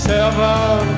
Seven